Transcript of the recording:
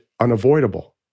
unavoidable